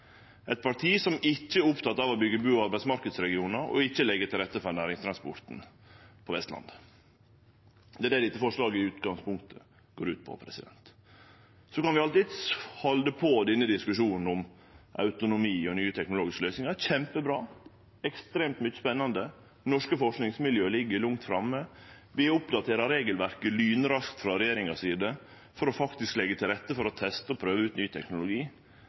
eit parti som ikkje er oppteke av å byggje bu- og arbeidsmarknadsregionar og leggje til rette for næringstransport på Vestlandet. Det er det dette forslaget i utgangspunktet går ut på. Så kan vi alltids halde på i denne diskusjonen om autonomi og nye teknologiske løysingar – kjempebra, ekstremt mykje spennande. Norske forskingsmiljø ligg langt framme. Vi oppdaterer regelverket lynraskt frå regjeringa si side for faktisk å leggje til rette for å teste og prøve ut ny teknologi,